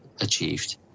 achieved